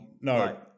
No